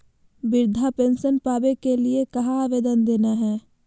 वृद्धा पेंसन पावे के लिए कहा आवेदन देना है?